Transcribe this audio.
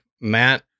Matt